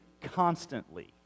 constantly